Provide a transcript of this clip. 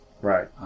right